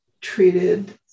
treated